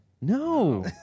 No